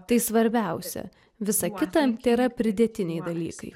tai svarbiausia visa kita tėra pridėtiniai dalykai